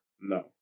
No